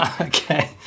Okay